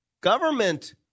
government